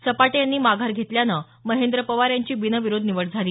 सपाटे यांनी माघार घेतल्यानं महेंद्र पवार यांची बिनविरोध निवड झाली